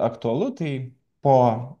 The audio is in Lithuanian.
aktualu tai po